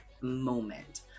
moment